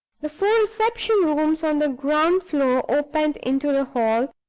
the four reception-rooms on the ground-floor opened into the hall,